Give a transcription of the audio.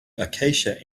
acacia